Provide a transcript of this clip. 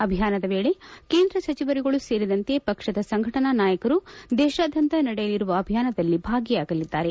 ಅಭಿಯಾನದ ವೇಳೆ ಕೇಂದ್ರ ಸಚಿವರುಗಳು ಸೇರಿದಂತೆ ಪಕ್ಷದ ಸಂಘಟನಾ ನಾಯಕರು ದೇಶಾದ್ಯಂತ ನಡೆಯಲಿರುವ ಅಭಿಯಾನದಲ್ಲಿ ಭಾಗಿಯಾಗಲಿದ್ದಾರೆ